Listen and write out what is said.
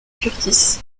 kurtis